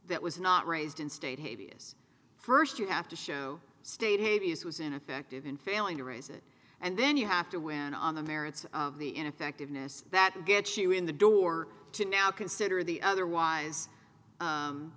that was not raised in state haiti is first you have to show state a v s was ineffective in failing to raise it and then you have to win on the merits of the ineffectiveness that gets you in the door to now consider the otherwise